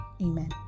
amen